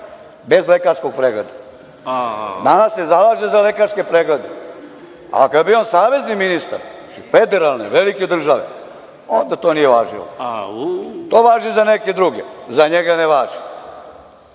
bez lekarskog pregleda. Danas se zalaže za lekarske preglede, a kada je bio savezni ministar, federalni, velike države, onda to nije važilo. To važi za neke druge, za njega ne važi,